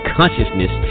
consciousness